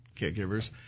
caregivers